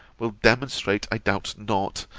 will demonstrate, i doubt not,